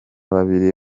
babiri